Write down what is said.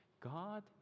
god